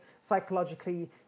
psychologically